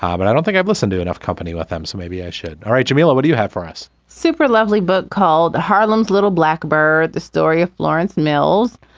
um but i don't think i've listened to enough company with them, so maybe i should. all right, jamila, what do you have for us? super lovely book called harlems little blackbird the story of lawrence mills.